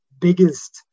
biggest